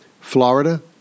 Florida